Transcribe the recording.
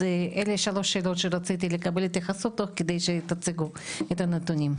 אז אלו שלוש שאלות שרציתי לקבל התייחסות כדי שתציגו את הנתונים.